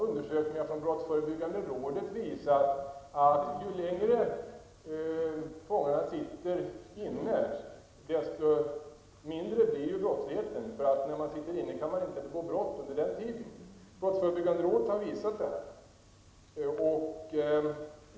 Undersökningar från brottsförebyggande rådet har också visat att ju längre fångarna sitter inne, desto mindre blir brottsligheten. Den som sitter inne kan ju inte begå brott under den tiden.